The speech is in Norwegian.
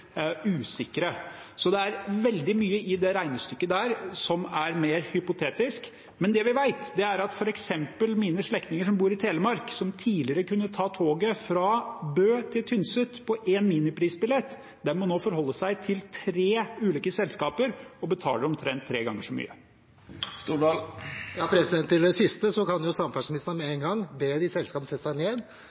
er hypotetisk. Det vi vet, er at f.eks. mine slektninger som bor i Telemark, og som tidligere kunne ta toget fra Bø til Tynset på én miniprisbillett, nå må forholde seg til tre ulike selskaper og betale omtrent tre ganger så mye. Til det siste: Samferdselsministeren kan med en gang be de selskapene sette seg ned